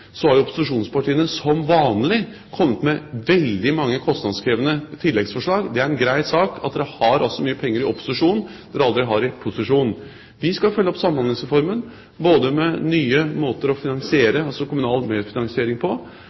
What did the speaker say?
Så har opposisjonspartiene som vanlig kommet med veldig mange kostnadskrevende tilleggsforslag. Det er en grei sak at man har mye penger i opposisjon som man aldri har i posisjon. Vi skal følge opp Samhandlingsreformen, både med nye måter å finansiere på, som kommunal medfinansiering, mer vekt på